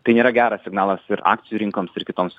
tai nėra geras signalas ir akcijų rinkoms ir kitoms